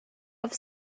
have